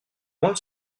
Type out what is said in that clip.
moi